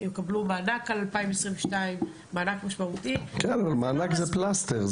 יקבלו מענק משמעותי על 2022. אבל מענק זה פלסטר.